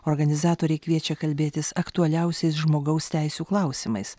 organizatoriai kviečia kalbėtis aktualiausiais žmogaus teisių klausimais